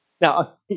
Now